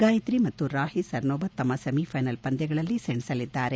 ಗಾಯತ್ರಿ ಮತ್ತು ರಾಹಿ ಸರ್ನೋಬತ್ ತಮ್ಮ semi final ಪಂದ್ಯಗಳಲ್ಲಿ ಸೆಣಸಲಿದ್ದಾರೆ